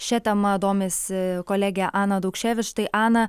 šia tema domisi kolegė ana daukševič tai ana